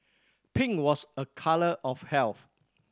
pink was a colour of health